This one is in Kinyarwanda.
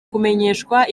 kumenyeshwa